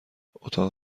اتاق